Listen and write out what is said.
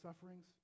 sufferings